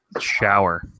shower